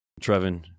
Trevin